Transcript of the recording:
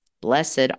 Blessed